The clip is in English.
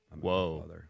whoa